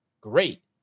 Great